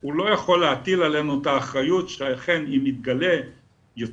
הוא לא יכול להטיל עלינו את האחריות שאכן עם יתגלו יותר